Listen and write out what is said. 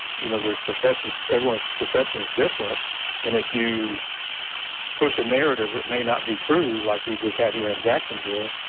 you know there's perception, everyone's perception is different and if you push a narrative that may not be true like we just had here in jacksonville,